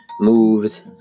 moved